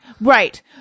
right